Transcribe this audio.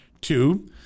Two